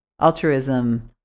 altruism